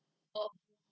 oh